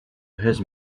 his